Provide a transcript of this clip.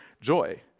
joy